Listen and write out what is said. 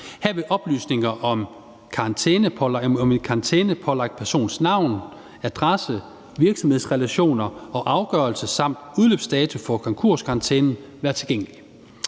Her vil oplysninger om en karantænepålagt persons navn, adresse, virksomhedsrelationer og afgørelse samt udløbsdato for konkurskarantænen være tilgængelige.